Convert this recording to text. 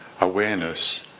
awareness